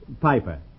Piper